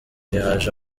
yaje